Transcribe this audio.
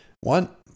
One